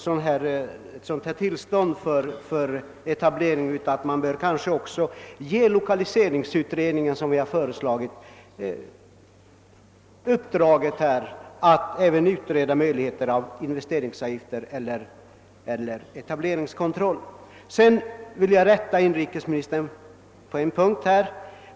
Man bör kanske som vi föreslagit ge den arbetande lokaliseringsutredningen uppdraget att även utreda möjligheterna till investeringsavgifter eller etableringskontroll. Sedan vill jag rätta inrikesministern på en punkt.